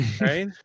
Right